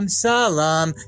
salam